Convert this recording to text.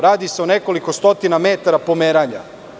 Radi se o nekoliko stotina metara pomeranja.